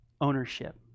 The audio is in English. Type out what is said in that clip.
Ownership